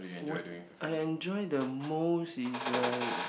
would I enjoy the most is like